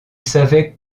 savais